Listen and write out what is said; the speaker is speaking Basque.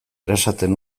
erasaten